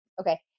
Okay